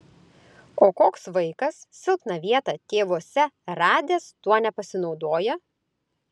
o koks vaikas silpną vietą tėvuose radęs tuo nepasinaudoja